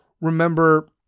remember